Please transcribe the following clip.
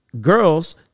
girls